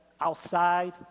outside